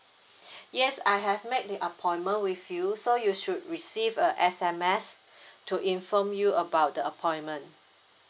yes I have made the appointment with you so you should receive a S_M_S to inform you about the appointment